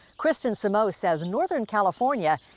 kristen simoes says in northern california,